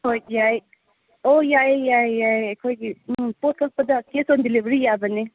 ꯍꯣꯏ ꯌꯥꯏ ꯑꯣ ꯌꯥꯏ ꯌꯥꯏ ꯌꯥꯏ ꯑꯩꯈꯣꯏꯒꯤ ꯎꯝ ꯄꯣꯠ ꯀꯛꯄꯗ ꯀꯦꯁ ꯑꯣꯟ ꯗꯤꯂꯤꯕꯔꯤ ꯌꯥꯕꯅꯤ